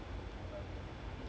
thirty five million